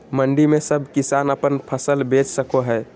मंडी में सब किसान अपन फसल बेच सको है?